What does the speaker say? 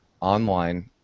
online